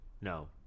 no